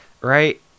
right